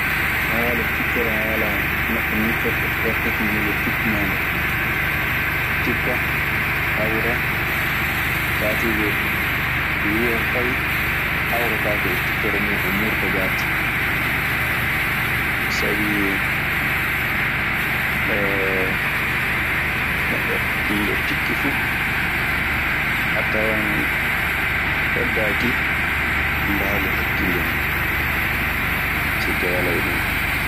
So haala tikkere haalaama, neɗɗo miccitoto wakkati nde tikkunoonde. Tikka, hawree, saatuuje wiyee fay hawrataake e tikkere muuɗun, murta jaati. Sabii neɗɗo nde tikki fu, a tawan heddaaki mbaalu hakkille mun.